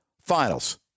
finals